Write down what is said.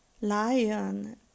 lion